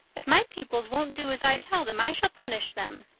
if my pupils won't do as i tell them i shall punish them.